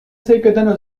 sevkeden